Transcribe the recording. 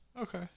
okay